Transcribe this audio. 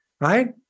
right